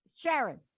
Sharon